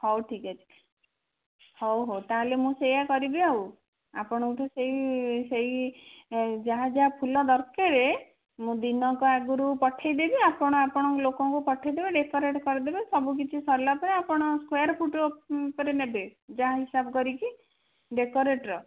ହଉ ଠିକ୍ ଅଛି ହଉ ହଉ ତାହେଲେ ମୁଁ ସେଇଆ କରିବି ଆଉ ଆପଣଙ୍କଠୁ ସେଇ ସେଇ ଯାହା ଯାହା ଫୁଲ ଦରକାରେ ମୁଁ ଦିନକ ଆଗରୁ ପଠାଇଦେବି ଆପଣ ଆପଣଙ୍କ ଲୋକଙ୍କୁ ପଠାଇଦେବେ ଡେକୋରେଟ୍ କରିଦେବେ ସବୁ କିଛି ସରିଲା ପରେ ଆପଣ ସ୍କୋୟାର ଫୁଟ ଉପରେ ନେବେ ଯାହା ହିସାବ କରିକି ଡେକୋରେଟର